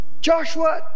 Joshua